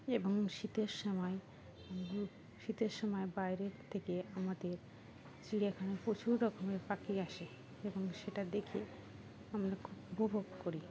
এবং শীতের সময় শীতের সময় বাইরের থেকে আমাদের চিড়িয়াখানায় প্রচুর রকমের পাখি আসে এবং সেটা দেখে আমরা খুব উপভোগ করি